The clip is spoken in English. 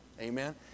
Amen